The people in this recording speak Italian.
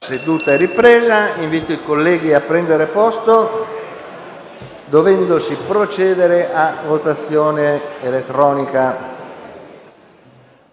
alle ore 16,54)*. Invito i colleghi a prendere posto dovendosi procedere a votazione elettronica.